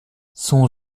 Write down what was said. son